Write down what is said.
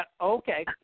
okay